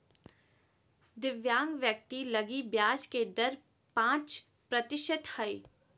दिव्यांग व्यक्ति लगी ब्याज के दर पांच प्रतिशत हइ